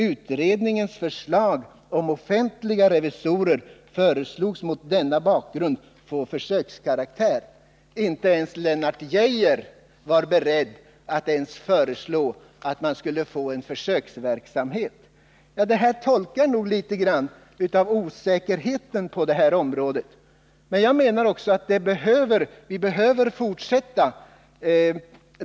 Utredningens förslag om offentliga revisorer föreslogs mot denna bakgrund få försökskaraktär.” Inte ens Lennart Geijer var beredd att föreslå att man skulle sätta i gång en försöksverksamhet. Detta visar litet av osäkerheten på detta område. Jag menar att utredningsverksamheten behöver fortsätta.